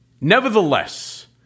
Nevertheless